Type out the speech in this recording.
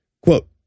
Quote